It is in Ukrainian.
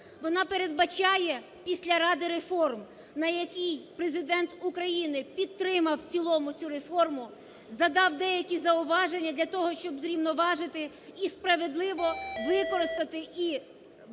Вона передбачає після ради реформ, на якій Президент України підтримав в цілому цю реформу, задав деякі зауваження для того, щоб зрівноважити і справедливо використати, і